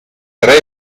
tre